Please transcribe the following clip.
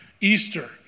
Easter